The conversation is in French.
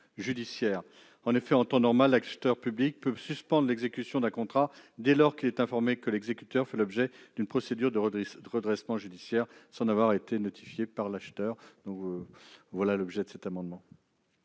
En temps normal, l'acheteur public peut suspendre l'exécution d'un contrat dès lors qu'il est informé que l'exécuteur fait l'objet d'une procédure de redressement judiciaire sans en avoir notifié l'acheteur. Quel est l'avis de